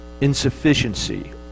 insufficiency